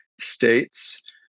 states